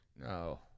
No